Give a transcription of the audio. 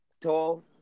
tall